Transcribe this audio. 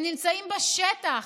הם נמצאים בשטח,